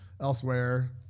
elsewhere